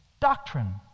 doctrine